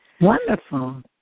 Wonderful